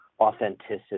authenticity